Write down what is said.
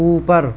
اوپر